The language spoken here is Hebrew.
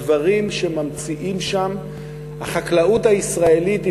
הדברים שממציאים שם החקלאות הישראלית היא